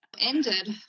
ended